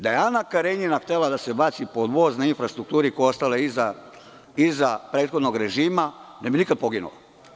Da je Ana Karenjina htela da se baci pod voz na infrastrukturi koja je ostala iza prethodnog režima ne bi nikada poginula.